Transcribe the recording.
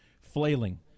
flailing